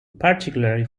particularly